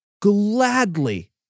gladly